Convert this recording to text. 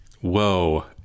Whoa